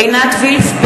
(קוראת בשמות חברי הכנסת) עינת וילף,